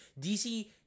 DC